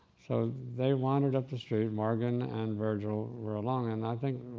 so they wandered up the street, marvin and virgil were along, and i think